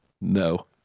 No